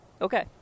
Okay